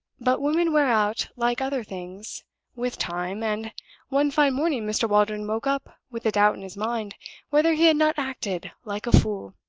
but women wear out, like other things, with time and one fine morning mr. waldron woke up with a doubt in his mind whether he had not acted like a fool.